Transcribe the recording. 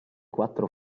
quattro